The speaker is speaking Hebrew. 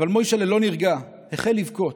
אבל מוישל'ה לא נרגע והחל לבכות.